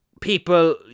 people